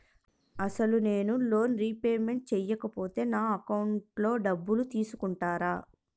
అసలు నేనూ loan repayment చేయకపోతే నా అకౌంట్లో డబ్బులు తీసుకుంటారా?